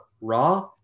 Raw